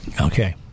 okay